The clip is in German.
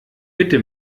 bitte